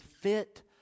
fit